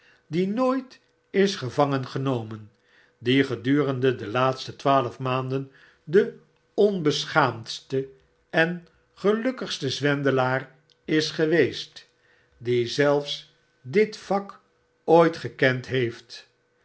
die nooit is gevangengenomen die gedurende de laatste twaalf maanden de onbeschaamdste en gelukkigste zwendelaar is geweest dien zelfs dit vak ooit gekend heeft